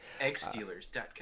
eggstealers.com